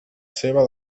seva